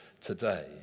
today